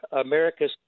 America's